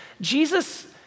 Jesus